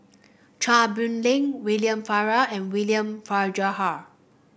Chia Boon Leong William Farquhar and William Farquhar